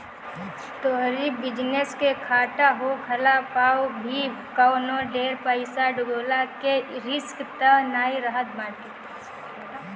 तोहरी बिजनेस के घाटा होखला पअ भी कवनो ढेर पईसा डूबला के रिस्क तअ नाइ रहत बाटे